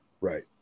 Right